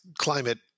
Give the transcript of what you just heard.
climate